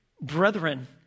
brethren